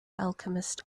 alchemist